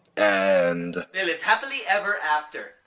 and. they lived happily ever after.